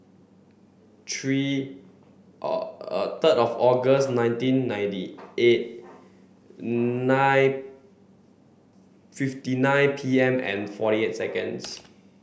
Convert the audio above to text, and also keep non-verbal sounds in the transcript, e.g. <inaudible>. three <hesitation> third of August nineteen ninety eight <hesitation> nine fifty nine P M and forty eight seconds